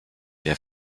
der